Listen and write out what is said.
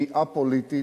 היא א-פוליטית,